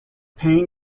pain